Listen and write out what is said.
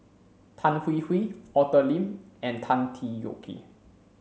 Tan Hwee Hwee Arthur Lim and Tan Tee Yoke